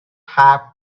have